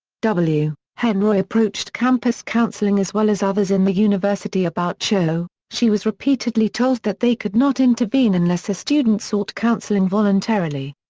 w hen roy approached campus counseling as well as others in the university about cho, she was repeatedly told that they could not intervene unless a student sought counseling voluntarily.